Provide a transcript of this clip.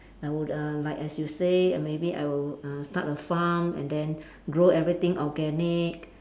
I would uh like as you say maybe I would uh start a farm and then grow everything organic